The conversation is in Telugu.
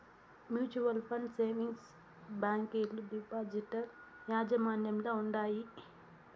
మ్యూచువల్ సేవింగ్స్ బ్యాంకీలు డిపాజిటర్ యాజమాన్యంల ఉండాయి